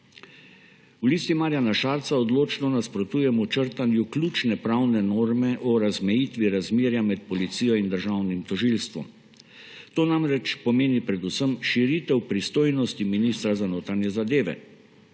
V Listi Marjana Šarca odločno nasprotujemo črtanju ključne pravne norme o razmejitvi razmerja med policijo in državnim tožilstvom. To namreč pomeni predvsem širitev pristojnosti ministra za notranje zadeve.